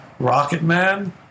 Rocketman